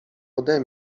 ode